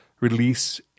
Release